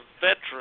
veterans